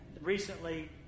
recently